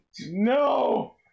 No